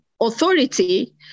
authority